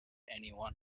anyone